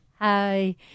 Hi